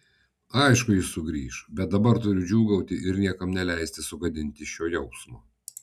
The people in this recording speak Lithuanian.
aišku jis sugrįš bet dabar turiu džiūgauti ir niekam neleisti sugadinti šio jausmo